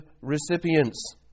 recipients